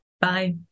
Bye